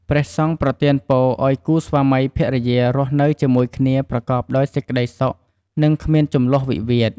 ព្រះសង្ឃប្រទានពរឲ្យគូស្វាមីភរិយារស់នៅជាមួយគ្នាប្រកបដោយសេចក្ដីសុខ និងគ្មានជម្លោះវិវាទ។